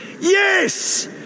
yes